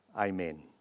Amen